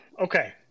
okay